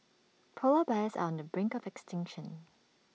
Polar Bears are on the brink of extinction